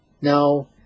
No